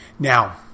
Now